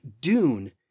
Dune